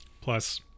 plus